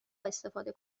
استفاده